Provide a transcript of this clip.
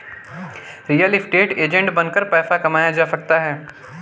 real estate agent बनकर पैसा कमाया जा सकता है